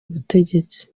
ubutegetsi